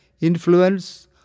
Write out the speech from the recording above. influence